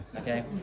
okay